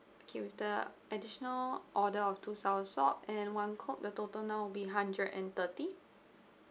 okay with the additional order of two soursop and one coke the total now would be hundred and thirty